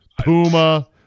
Puma